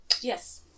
Yes